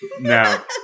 no